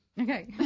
Okay